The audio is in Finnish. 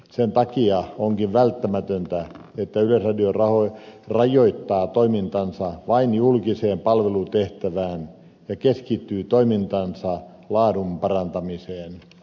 sen takia onkin välttämätöntä että yleisradio rajoittaa toimintansa vain julkiseen palvelutehtävään ja keskittyy toimintansa laadun parantamiseen